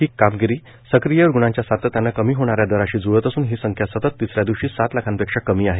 ही कामगिरी सक्रीय रुग्णांच्या सातत्यानं कमी होणाऱ्या दराशी जुळत असून ती संख्या सतत तिसऱ्या दिवशी सात लाखांपेक्षा कमी आहे